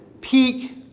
peak